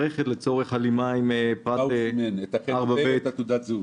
לצורך הלימה עם פרט 4ב לחלק ג' לתוספת השנייה.